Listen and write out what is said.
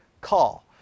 call